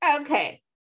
okay